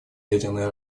ядерное